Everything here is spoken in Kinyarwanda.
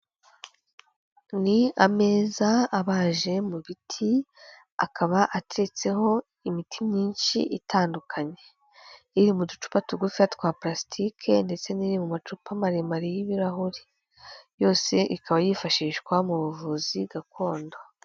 Ni ameza abaje mu biti, akaba ateretseho imiti myinshi itandukanye, iri mu ducupa tugufiya twa parasitike ndetse n'iri mu macupa maremare y'ibirahuri, yose ikaba yifashishwa mu buvuzi gakondo.